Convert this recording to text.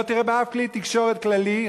לא תראה באף כלי תקשורת כללי,